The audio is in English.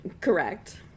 correct